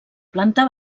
planta